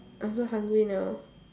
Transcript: I so hungry now